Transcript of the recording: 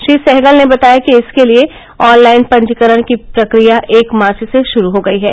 श्री सहगल ने बताया कि इसके लिए ऑनलाइन पंजीकरण की प्रक्रिया एक मार्च से शुरू हो गयी है